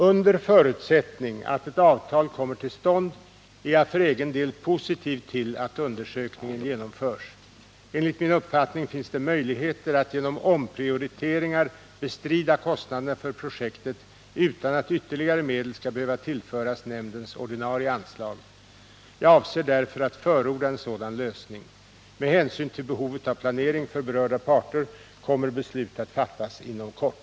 Under förutsättning att ett avtal kommer till stånd är jag för egen del positiv till att undersökningen genomförs. Enligt min uppfattning finns det möjligheter att genom omprioriteringar bestrida kostnaderna för projektet utan att ytterligare medel skall behöva tillföras nämndens ordinarie anslag. Jag avser därför att förorda en sådan lösning. Med hänsyn till behovet av planering för berörda parter kommer beslut att fattas inom kort.